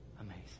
Amazing